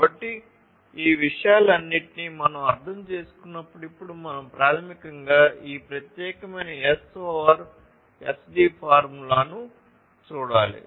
కాబట్టి ఈ విషయాలన్నింటినీ మనం అర్థం చేసుకున్నప్పుడు ఇప్పుడు మనం ప్రాథమికంగా ఈ ప్రత్యేకమైన S ఓవర్ SD ఫార్ములాను చూడాలి